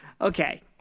Okay